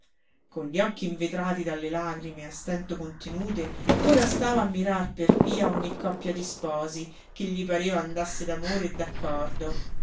con gli occhi invetrati dalle lagrime a stento contenute ora stava a mirar per via ogni coppia di sposi che gli pareva andasse d'amore e